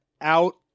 out